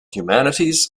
humanities